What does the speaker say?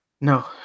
No